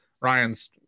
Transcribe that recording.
Ryan's